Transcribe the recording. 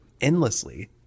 endlessly